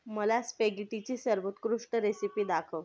मला स्पेगेटीची सर्वोत्कृष्ट रेसिपी दाखव